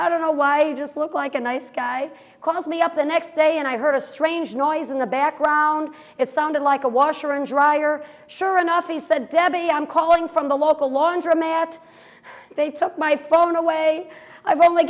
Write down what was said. how don't know why i just looked like a nice guy calls me up the next day and i heard a strange noise in the background it sounded like a washer and dryer sure enough he said debbie i'm calling from the local laundromat they took my phone away i've only